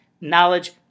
knowledge